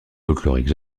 folklorique